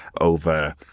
over